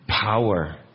power